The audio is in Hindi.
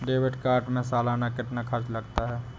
डेबिट कार्ड में सालाना कितना खर्च लगता है?